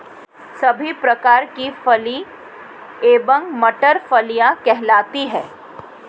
सभी प्रकार की फली एवं मटर फलियां कहलाती हैं